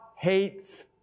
hates